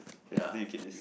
fair I think you keep this